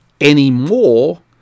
anymore